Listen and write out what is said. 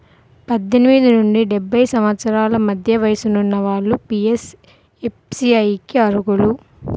పద్దెనిమిది నుండి డెబ్బై సంవత్సరాల మధ్య వయసున్న వాళ్ళు పీయంఎస్బీఐకి అర్హులు